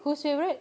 whose favourite